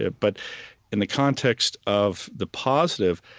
but in the context of the positive,